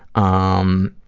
um,